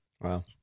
Wow